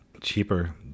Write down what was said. cheaper